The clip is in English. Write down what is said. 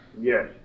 Yes